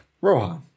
Rohan